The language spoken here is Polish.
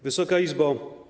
Wysoka Izbo!